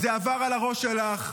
זה עבר מעל הראש שלך.